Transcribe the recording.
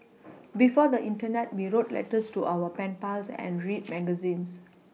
before the Internet we wrote letters to our pen pals and read magazines